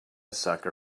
sucker